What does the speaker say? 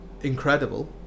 incredible